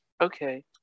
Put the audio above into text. Okay